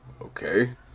okay